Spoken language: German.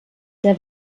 der